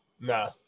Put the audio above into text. Nah